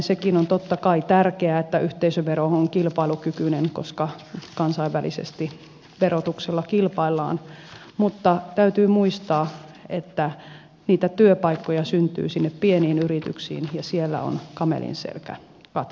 sekin on totta kai tärkeää että yhteisövero on kilpailukykyinen koska kansainvälisesti verotuksella kilpaillaan mutta täytyy muistaa että niitä työpaikkoja syntyy pieniin yrityksiin ja siellä on kamelin selkä katkeamassa